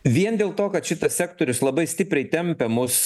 vien dėl to kad šitas sektorius labai stipriai tempia mus